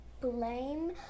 blame